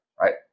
right